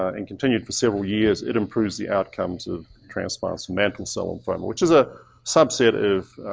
and continued for several years, it improves the outcomes of transplants, mantle cell lymphoma, which is a subset of